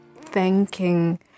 thanking